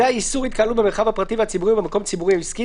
הוא איסור התקהלות במרחב הפרטי והציבורי או במקום ציבורי או עסקי.